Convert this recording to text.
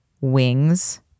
wings